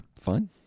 Fine